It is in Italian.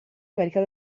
america